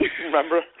Remember